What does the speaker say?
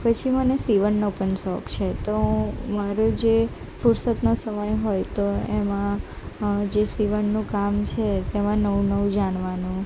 પછી મને સીવણનો પણ શોખ છે તો મારો જે ફુરસદનો સમય હોય તો એમાં જે સીવણનું કામ છે તેમાં નવું નવું જાણવાનું